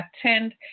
attend